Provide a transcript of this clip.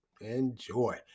Enjoy